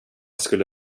skulle